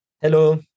Hello